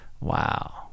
Wow